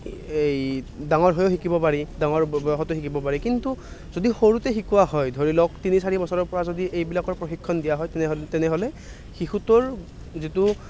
এই ডাঙৰ হৈও শিকিব পাৰি ডাঙৰ বয়সতো শিকিব পাৰি কিন্তু যদি সৰুতে শিকোৱা হয় ধৰি লওক তিনি চাৰি বছৰৰ পৰা যদি এইবিলাকৰ প্ৰশিক্ষণ দিয়া হয় তেনেহ'ল তেনেহ'লে শিশুটোৰ যিটো